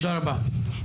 תודה רבה.